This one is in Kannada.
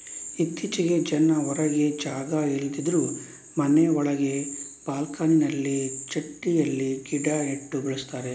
ಇತ್ತೀಚೆಗೆ ಜನ ಹೊರಗೆ ಜಾಗ ಇಲ್ಲದಿದ್ರೂ ಮನೆ ಒಳಗೆ ಬಾಲ್ಕನಿನಲ್ಲಿ ಚಟ್ಟಿಯಲ್ಲಿ ಗಿಡ ನೆಟ್ಟು ಬೆಳೆಸ್ತಾರೆ